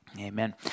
Amen